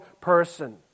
person